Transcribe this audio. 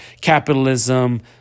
capitalism